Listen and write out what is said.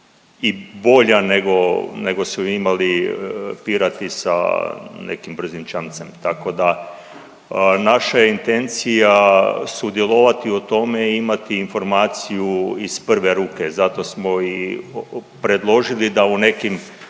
i bolja nego su imali pirati sa nekim brzim čamcem, tako da, naša je intencija sudjelovati u tome i imati informaciju iz prve ruke, zato smo i predložili da u nekim,